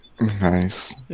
nice